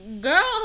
Girl